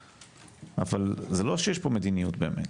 זה לא שיש כאן מדיניות באמת,